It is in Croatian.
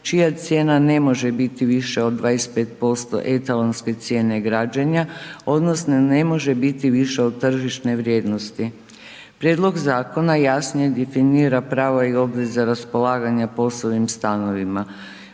čija cijena ne može biti viša od 25% etalonske cijene građenja odnosno ne može biti viša od tržišne vrijednosti. Prijedlog zakona jasnije definira prva i obveze raspolaganja POS-ovim stanovima,